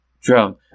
Drone